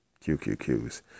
QQQs